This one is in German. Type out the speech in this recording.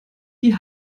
die